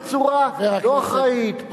בצורה לא אחראית,